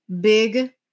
big